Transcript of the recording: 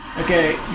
Okay